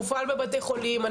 מופעל בבתי חולים,